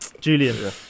julian